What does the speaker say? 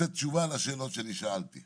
למצוא את האיזון זו מילה שגורמת לנו